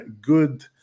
good